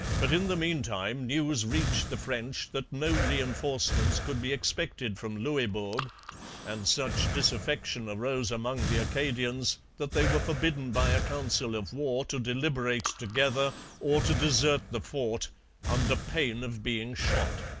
but, in the meantime, news reached the french that no reinforcements could be expected from louisbourg and such disaffection arose among the acadians that they were forbidden by a council of war to deliberate together or to desert the fort under pain of being shot.